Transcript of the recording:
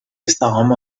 سهام